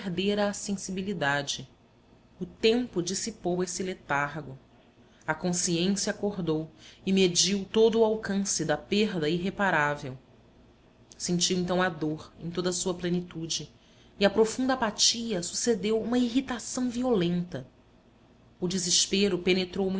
perdera a sensibilidade o tempo dissipou esse letargo a consciência acordou e mediu todo o alcance da perda irreparável sentiu então a dor em toda a sua plenitude e à profunda apatia sucedeu uma irritação violenta o desespero penetrou